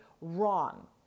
wrong